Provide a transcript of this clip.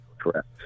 Correct